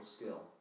skill